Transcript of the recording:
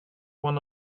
one